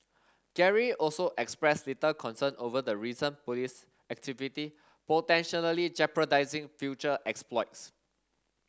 Gary also expressed little concern over the recent police activity potentially jeopardising future exploits